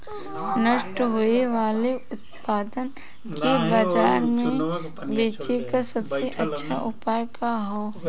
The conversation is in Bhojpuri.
नष्ट होवे वाले उतपाद के बाजार में बेचे क सबसे अच्छा उपाय का हो?